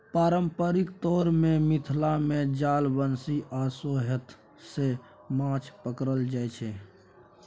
पारंपरिक तौर मे मिथिला मे जाल, बंशी आ सोहथ सँ माछ पकरल जाइ छै